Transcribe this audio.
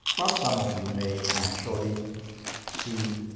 but some of you may actually see